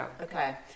Okay